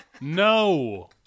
No